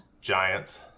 Giants